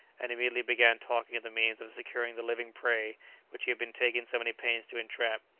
and immediately began talking of the means of securing the living prey which he had been taking so many pains to entrap.